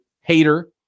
hater